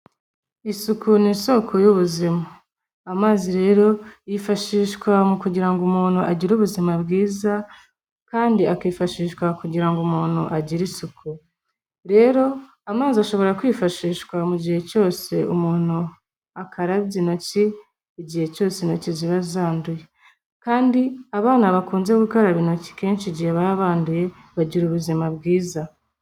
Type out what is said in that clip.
Isuku ni isoko y'ubuzima. Amazi rero yifashishwa mu kugira ngo umuntu agire ubuzima bwiza kandi akifashishwa kugira ngo umuntu agire isuku. Rero amazi ashobora kwifashishwa mu gihe cyose umuntu akarabye intoki, igihe cyose intoki ziba zanduye. Kandi abana bakunze gukaraba intoki kenshi igihe baba banduye, bagira ubuzima bwiza.